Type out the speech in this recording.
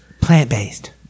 Plant-based